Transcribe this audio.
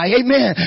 amen